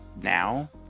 now